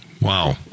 wow